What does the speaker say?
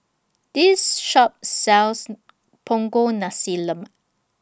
This Shop sells Punggol Nasi Lemak